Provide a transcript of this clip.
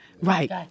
Right